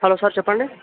hello sir చెప్పండి